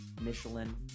Michelin